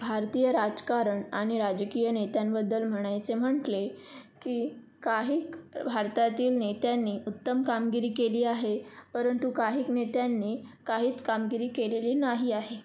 भारतीय राजकारण आणि राजकीय नेत्यांबद्दल म्हणायचे म्हटले की काहीक भारतातील नेत्यांनी उत्तम कामगिरी केली आहे परंतु काहीक नेत्यांनी काहीच कामगिरी केलेली नाही आहे